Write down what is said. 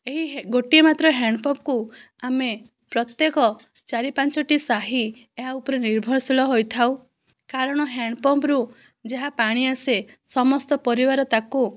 ଏହି ଗୋଟିଏ ମାତ୍ର ହ୍ୟାଣ୍ଡପମ୍ପକୁ ଆମେ ପ୍ରତ୍ୟେକ ଚାରି ପାଞ୍ଚଟି ସାହି ଏହା ଉପରେ ନିର୍ଭରଶୀଳ ହୋଇଥାଉ କାରଣ ହ୍ୟାଣ୍ଡପମ୍ପରୁ ଯାହା ପାଣି ଆସେ ସମସ୍ତ ପରିବାର ତାକୁ